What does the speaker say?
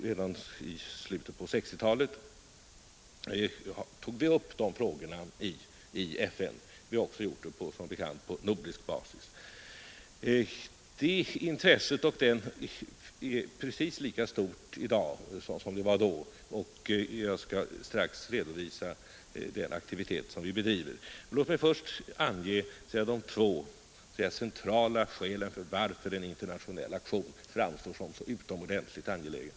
Redan i slutet på 1960-talet tog vi upp de frågorna i FN, och vi har som bekant gjort det också på nordisk basis. Det intresset är precis lika stort i dag som det var då. Jag skall strax redovisa den aktivitet som vi bedriver. Låt mig dock först ange de två centrala skälen till att en internationell aktion framstår som så utomordentligt angelägen.